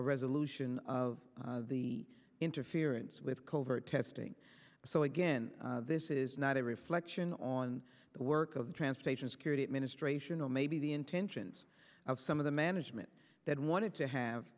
resolution of the interference with covert testing so again this is not a reflection on the work of the transportation security administration or maybe the intentions of some of the management that wanted to have